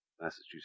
Massachusetts